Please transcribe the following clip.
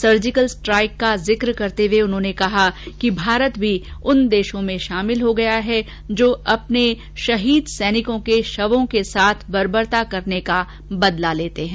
surgical strike का जिक करते हुए उन्होंने कहा कि कहा कि भारत भी उन देशों में शामिल हो गया है कि जो अपने शहीद सैनिकों के शवों के साथ बर्बरता करने का बदला लेते हैं